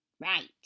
Right